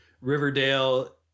Riverdale